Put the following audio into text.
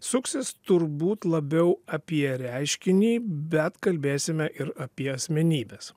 suksis turbūt labiau apie reiškinį bet kalbėsime ir apie asmenybes